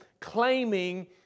claiming